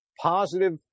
positive